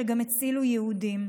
שגם הצילו יהודים.